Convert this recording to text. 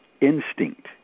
instinct